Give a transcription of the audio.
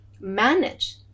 manage